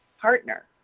partner